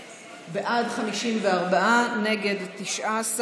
בעד, 54, נגד, 19,